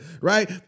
right